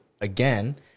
again